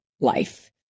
life